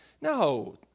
No